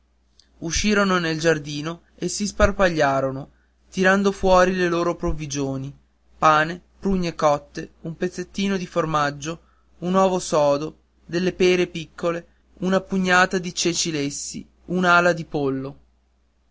uscirono nel giardino e si sparpagliarono tirando fuori le loro provvigioni pane prune cotte un pezzettino di formaggio un ovo sodo delle mele piccole una pugnata di ceci lessi un'ala di pollo